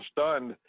stunned